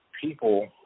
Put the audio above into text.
people